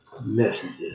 messages